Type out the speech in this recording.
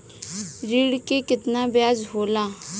ऋण के कितना ब्याज होला?